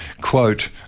quote